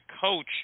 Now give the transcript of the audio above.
coach